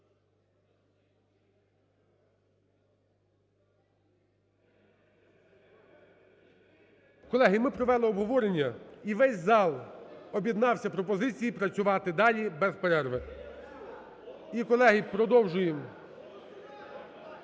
Колеги, ми провели обговорення, і весь зал об'єднався пропозицією працювати далі без перерви. І, колеги, продовжуємо,